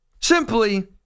Simply